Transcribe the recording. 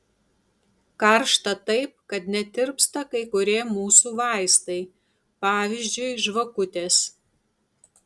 karšta taip kad net tirpsta kai kurie mūsų vaistai pavyzdžiui žvakutės